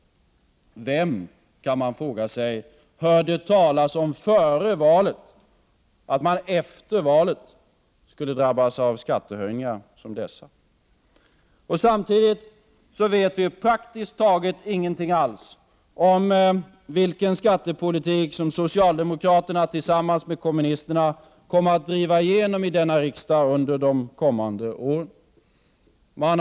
Vem, kan man fråga sig, hörde före valet talas om att man efter valet skulle drabbas av skattehöjningar som dessa? Samtidigt vet vi praktiskt taget ingenting alls om vilken skattepolitik som socialdemokraterna tillsammans med kommunisterna kommer att driva igenom i denna riksdag under de kommande åren.